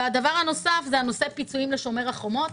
והדבר הנוסף זה הנושא פיצויים לשומר החומות.